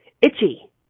itchy